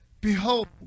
Behold